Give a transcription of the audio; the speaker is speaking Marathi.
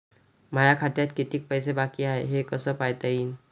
माया खात्यात कितीक पैसे बाकी हाय हे कस पायता येईन?